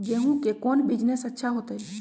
गेंहू के कौन बिजनेस अच्छा होतई?